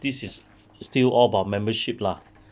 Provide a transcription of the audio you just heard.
this is still all about membership lah